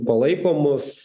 palaiko mus